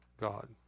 God